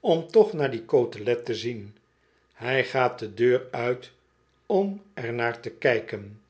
om toch naar die cotelet te zien hij gaat de deur uit om er naar te kijken